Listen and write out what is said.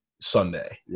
Sunday